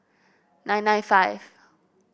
nine nine five